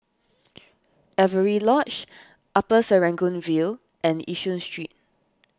Avery Lodge Upper Serangoon View and Yishun Street